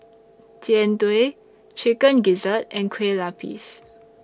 Jian Dui Chicken Gizzard and Kueh Lapis